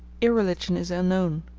irreligion is unknown.